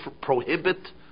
prohibit